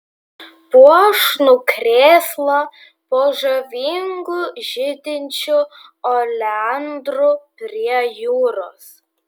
puošnų krėslą po žavingu žydinčiu oleandru prie jūros